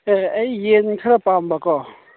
ꯑꯦ ꯑꯩ ꯌꯦꯟ ꯈꯔ ꯄꯥꯝꯕꯀꯣ